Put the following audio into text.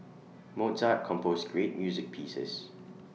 Mozart composed great music pieces